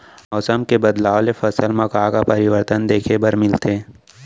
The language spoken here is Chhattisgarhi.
मौसम के बदलाव ले फसल मा का का परिवर्तन देखे बर मिलथे?